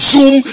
Zoom